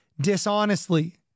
dishonestly